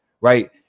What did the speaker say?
right